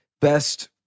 best